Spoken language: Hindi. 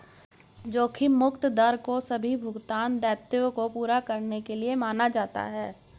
जोखिम मुक्त दर को सभी भुगतान दायित्वों को पूरा करने के लिए माना जाता है